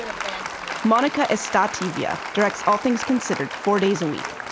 and and monika evstatieva directs all things considered four days a week.